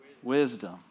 Wisdom